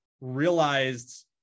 realized